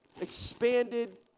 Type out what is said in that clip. expanded